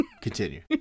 Continue